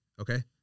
okay